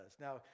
Now